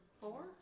four